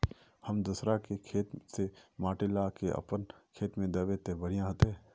हम दूसरा के खेत से माटी ला के अपन खेत में दबे ते बढ़िया होते?